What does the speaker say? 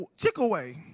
Chick-A-Way